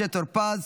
משה טור פז,